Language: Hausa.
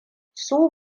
su